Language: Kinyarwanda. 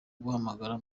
guhamagara